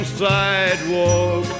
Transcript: sidewalk